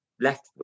left